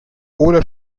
oder